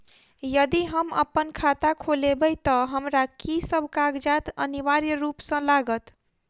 यदि हम अप्पन खाता खोलेबै तऽ हमरा की सब कागजात अनिवार्य रूप सँ लागत?